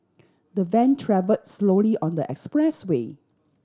the van travel slowly on the expressway